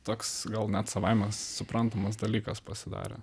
toks gal net savaime suprantamas dalykas pasidarė